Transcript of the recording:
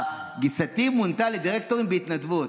גיסתי מונתה לדירקטורית בהתנדבות.